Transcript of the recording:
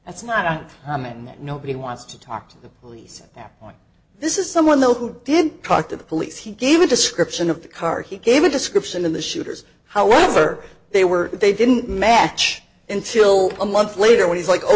that's not a man that nobody wants to talk to police that this is someone though who did talk to the police he gave a description of the car he gave a description of the shooters however they were they didn't match until a month later when he's like oh